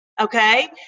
Okay